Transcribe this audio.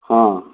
ହଁ